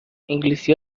انگلیسی